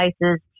devices